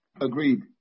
Agreed